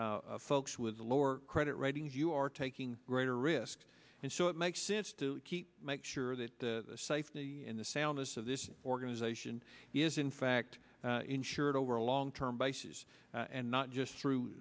folks with a lower credit ratings you are taking greater risk and so it makes sense to keep make sure that the safety and the soundness of this organization is in fact insured over a long term basis and not just through